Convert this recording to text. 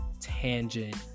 tangent